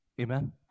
Amen